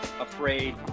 afraid